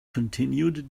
continued